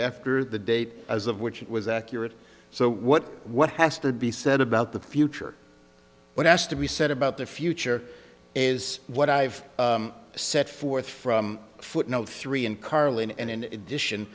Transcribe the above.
after the date as of which it was accurate so what what has to be said about the future what has to be said about the future is what i've set forth from footnote three and carlene and in addition